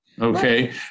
Okay